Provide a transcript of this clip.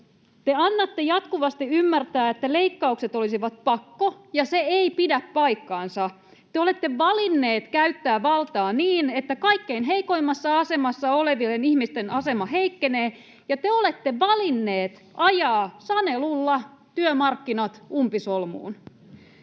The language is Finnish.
Te annatte jatkuvasti ymmärtää, että leikkaukset olisivat pakko, ja se ei pidä paikkaansa. Te olette valinneet käyttää valtaa niin, että kaikkein heikoimmassa asemassa olevien ihmisten asema heikkenee, ja te olette valinneet ajaa sanelulla työmarkkinat umpisolmuun.